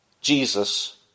Jesus